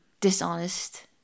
dishonest